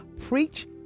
preach